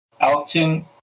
Alton